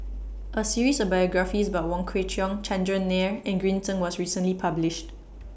A series of biographies about Wong Kwei Cheong Chandran Nair and Green Zeng was recently published